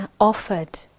offered